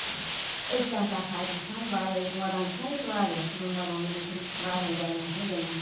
تہٕ أسۍ تہِ ہسا چھِ اَتہِ وُچھان واریاہ یِم مٲدان چھِ نہ ییٚتہِ واریاہ تِمن مٲدانن منٛز چھِ واریاہن جاین آسان گِندان